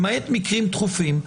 למעט מקרים דחופים,